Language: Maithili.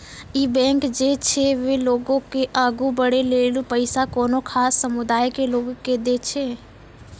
इ बैंक जे छै वें लोगो के आगु बढ़ै लेली पैसा कोनो खास समुदाय के लोगो के दै छै